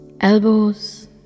elbows